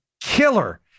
killer